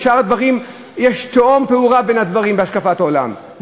בשאר הדברים יש תהום פעורה בהשקפת העולם.